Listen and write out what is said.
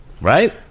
Right